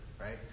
right